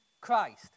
Christ